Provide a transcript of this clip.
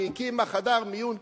הקימה חדר מיון קדמי,